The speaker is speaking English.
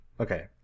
Okay